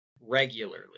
regularly